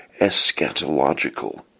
eschatological